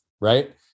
right